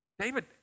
David